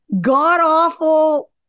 god-awful